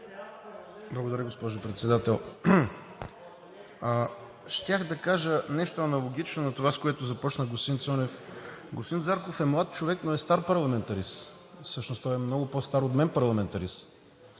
Благодаря, госпожо Председател. Щях да кажа нещо аналогично на това, с което започна господин Цонев. Господин Зарков е млад човек, но е стар парламентарист и всъщност е много по-стар парламентарист